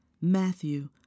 Matthew